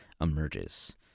emerges